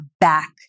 back